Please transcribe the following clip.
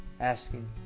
asking